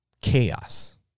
chaos